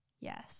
Yes